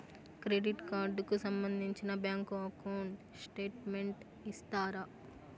Credit card కు సంబంధించిన bank account statement ఇస్తారా?